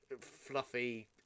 fluffy